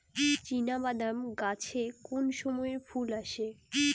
চিনাবাদাম গাছে কোন সময়ে ফুল আসে?